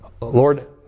Lord